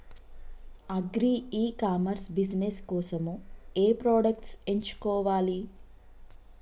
Agri e commerce business కోసము ఏ products ఎంచుకోవాలి?